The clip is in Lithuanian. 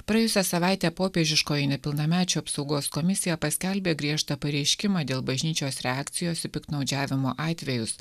praėjusią savaitę popiežiškoji nepilnamečių apsaugos komisija paskelbė griežtą pareiškimą dėl bažnyčios reakcijos į piktnaudžiavimo atvejus